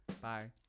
Bye